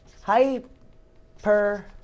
hyper